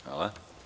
Hvala.